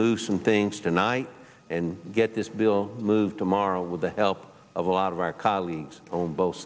loosen things tonight and get this bill move tomorrow with the help of a lot of our colleagues of both